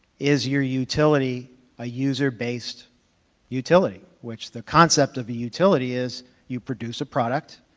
is your utility a user-based utility, which the concept of a utility is you produce a product,